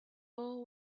bowl